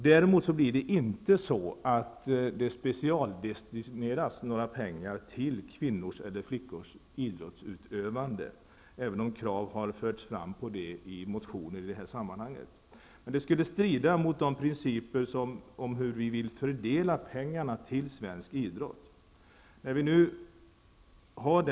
Däremot kommer inte några pengar att specialdestineras till flickors och kvinnors idrottsutövande. Det har framförts krav i motioner i detta sammanhang. Det skulle strida mot principerna för hur vi vill fördela pengarna till svensk idrott.